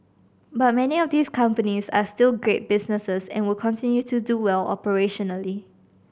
but many of these companies are still great businesses and will continue to do well operationally